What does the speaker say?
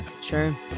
Sure